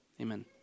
Amen